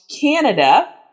Canada